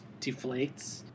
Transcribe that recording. deflates